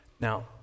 Now